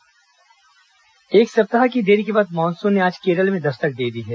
monsoon आगमन एक सप्ताह की देरी के बाद मानसून ने आज केरल में दस्तक दे दी है